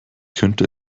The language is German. könnte